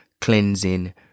cleansing